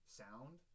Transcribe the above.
sound